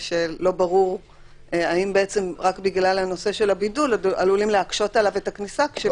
שלא ברור האם רק בגלל הנושא של הבידוד עלולים להקשות עליו את הכניסה.